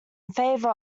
favour